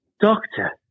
Doctor